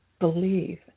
believe